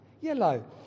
yellow